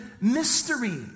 mystery